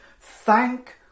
Thank